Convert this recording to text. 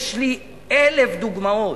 יש לי אלף דוגמאות.